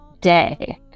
day